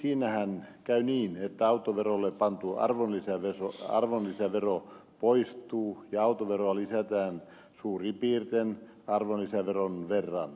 siinähän käy niin että autoverolle pantu arvonlisävero poistuu ja autoveroa lisätään suurin piirtein arvonlisäveron verran